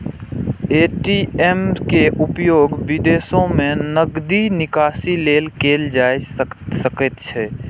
ATM के उपयोग विदेशो मे नकदी निकासी लेल कैल जा सकैत छैक